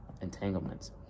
entanglements